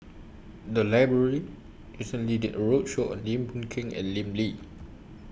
The Library recently did A roadshow on Lim Boon Keng and Lim Lee